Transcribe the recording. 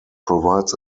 provides